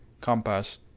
compass